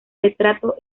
retrato